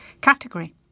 category